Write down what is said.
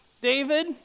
David